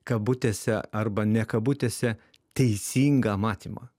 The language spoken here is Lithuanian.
kabutėse arba ne kabutėse teisingą matymą